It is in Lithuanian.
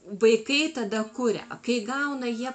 vaikai tada kuria o kai gauna jie